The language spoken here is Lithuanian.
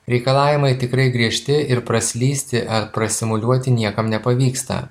reikalavimai tikrai griežti ir praslysti ar prasimuliuoti niekam nepavyksta